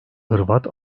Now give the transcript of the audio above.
hırvat